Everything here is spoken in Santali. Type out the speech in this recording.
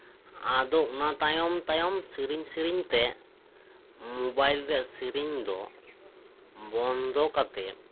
ᱟᱫᱚ ᱚᱱᱟ ᱛᱟᱭᱚᱢ ᱥᱤᱨᱤᱧᱼᱥᱤᱨᱤᱧ ᱛᱮ ᱢᱳᱵᱟᱭᱤᱞ ᱨᱮᱭᱟᱜ ᱥᱤᱨᱤᱧ ᱫᱚ ᱵᱚᱱᱫᱚ ᱠᱟᱛᱮ